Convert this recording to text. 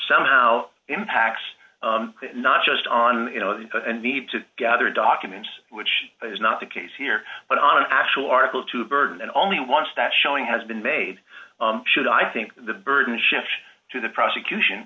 somehow impacts not just on you know the need to gather documents which is not the case here but on an actual article two burden and only one step showing has been made should i think the burden shifts to the prosecution